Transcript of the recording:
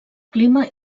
clima